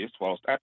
whilst